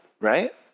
right